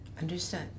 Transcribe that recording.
Understood